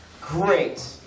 Great